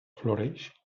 floreix